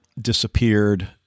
disappeared